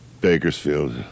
Bakersfield